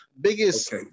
biggest